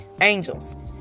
angels